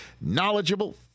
knowledgeable